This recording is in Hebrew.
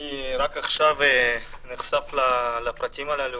אני רק עכשיו נחשף לפרטים אלה,